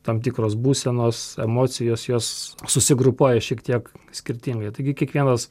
tam tikros būsenos emocijos jos susigrupuoja šiek tiek skirtingai taigi kiekvienas